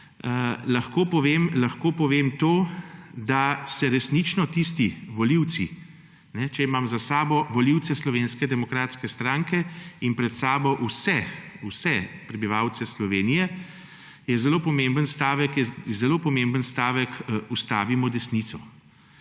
lahko povem to, da se resnično tisti volivci, če imam za seboj volivce Slovenske demokratske stranke in pred seboj vse prebivalce Slovenije, je zelo pomemben stavek: ustavimo desnico.